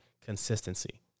Consistency